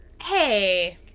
Hey